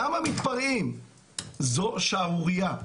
זו שערורייה.